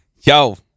yo